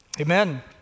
amen